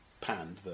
panned